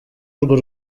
urwo